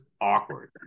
awkward